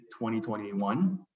2021